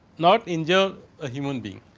not injure a human being.